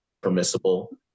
permissible